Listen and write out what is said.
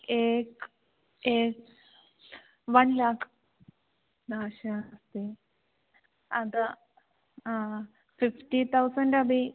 एकम् एकम् वन् लाक् दाश अस्ति अतः फ़िफ़्टि तौसण्ड् अपि